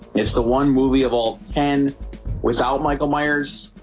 it's the one movie of all ten without michael myers,